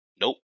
Nope